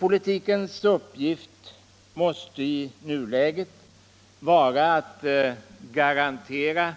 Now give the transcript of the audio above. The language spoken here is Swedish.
Politikens uppgift måste i nuläget vara att garantera